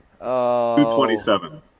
227